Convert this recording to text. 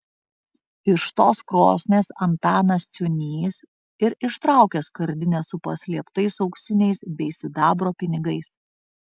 iš tos krosnies antanas ciūnys ir ištraukė skardinę su paslėptais auksiniais bei sidabro pinigais